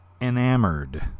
enamored